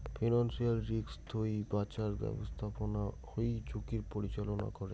financial risk থুই বাঁচার ব্যাপস্থাপনা হই ঝুঁকির পরিচালনা করে